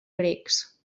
grecs